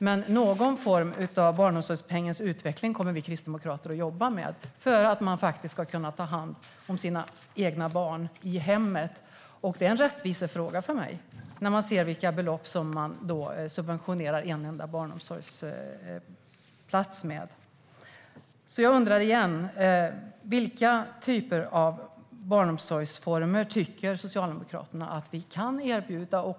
Men någon form av utveckling av barnomsorgspengen kommer vi kristdemokrater att jobba med för att föräldrar ska kunna ta hand om sina egna barn i hemmet. Det är en rättvisefråga för mig eftersom jag ser vilka belopp man subventionerar en enda barnomsorgsplats med. Jag undrar igen: Vilka barnomsorgsformer tycker Socialdemokraterna att vi kan erbjuda?